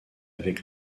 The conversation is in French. avec